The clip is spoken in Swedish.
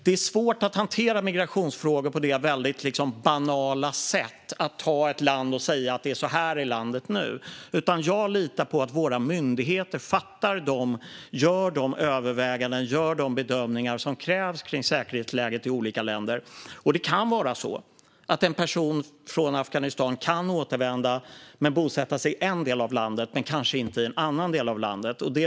Det är svårt att hantera migrationsfrågor på det väldig banala sättet att ta ett land och säga att det är så här i landet nu. Jag litar på att våra myndigheter gör de överväganden och de bedömningar som krävs om säkerhetsläget i olika länder. Det kan vara så att en person från Afghanistan kan återvända och bosätta sig i en del av landet men kanske inte i en annan del av landet.